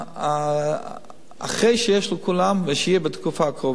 אחרי שיש לכולם, ויהיה בתקופה הקרובה,